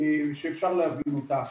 שאפשר להבין אותה,